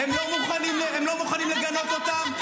--- אבל זה לא מה שאתם עושים --- הם לא מוכנים לגנות אותם.